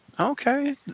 Okay